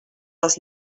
les